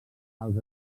els